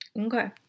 Okay